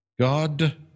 God